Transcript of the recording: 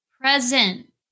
Present